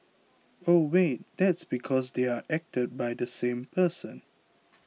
oh wait that's because they're acted by the same person